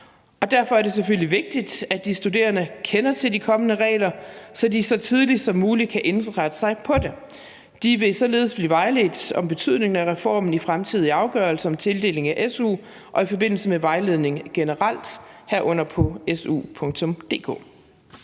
Derfor er det selvfølgelig vigtigt, at de studerende kender til de kommende regler, så de så tidligt som muligt kan indrette sig på dem. De vil således blive vejledt om betydningen af reformen i fremtidige afgørelser om tildeling af su og i forbindelse med vejledning generelt, herunder på su.dk.